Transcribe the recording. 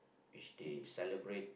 each day celebrate